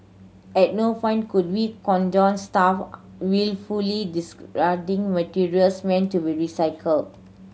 at no point could we condone staff wilfully discarding materials meant to be recycle